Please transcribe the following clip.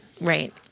Right